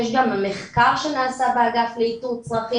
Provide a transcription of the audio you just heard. יש גם מחקר שנעשה באגף לאיתור צרכים